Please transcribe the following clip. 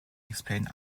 explain